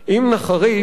אם נחריש,